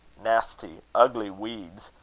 nasty, ugly weyds!